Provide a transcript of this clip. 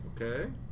Okay